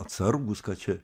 atsargūs ką čia